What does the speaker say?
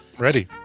ready